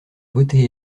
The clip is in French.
beauté